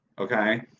okay